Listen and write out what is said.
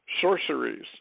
sorceries